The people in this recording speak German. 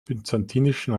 byzantinischen